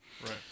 Right